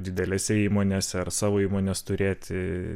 didelėse įmonėse ar savo įmones turėti